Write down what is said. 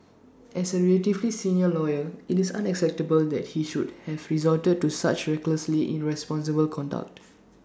as A relatively senior lawyer IT is unacceptable that he should have resorted to such recklessly irresponsible conduct